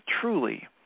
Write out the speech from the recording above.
truly